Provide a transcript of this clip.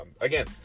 Again